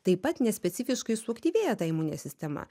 taip pat nespecifiškai suaktyvėja ta imuninė sistema